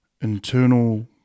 internal